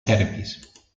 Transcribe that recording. serbis